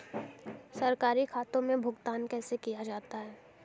सरकारी खातों में भुगतान कैसे किया जाता है?